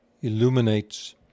illuminates